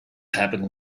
happened